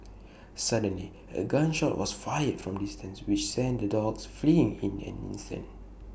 suddenly A gun shot was fired from A distance which sent the dogs fleeing in an instant